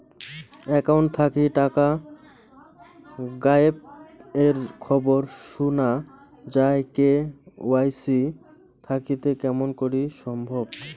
Account থাকি টাকা গায়েব এর খবর সুনা যায় কে.ওয়াই.সি থাকিতে কেমন করি সম্ভব?